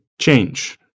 change